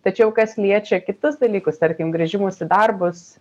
tačiau kas liečia kitus dalykus tarkim grįžimus į darbus